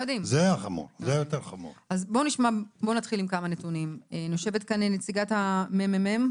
יושבת כאן נציגת הממ"מ,